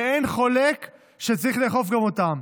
ואין חולק שצריך לאכוף גם אותן.